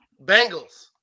Bengals